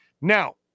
Now